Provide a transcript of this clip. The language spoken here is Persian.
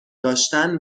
داشتن